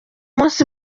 munsi